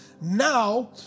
now